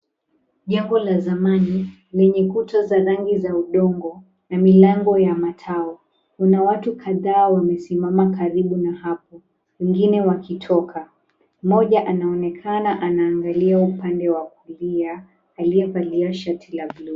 Jengo la zamani, lenye kuta za rangi za udongo na milango ya matao. Kuna watu kadhaa wamesimama karibu na hapo, wengine wakitoka. Mmoja anaonekana anaangalia upande wa kulia, aliyevalia shati la bluu.